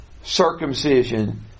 circumcision